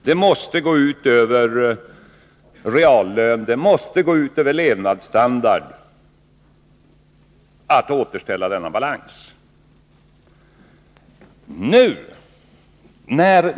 Det måste få gå ut över reallönerna, det måste få gå ut över levnadsstandarden när man återställer balansen på detta sätt.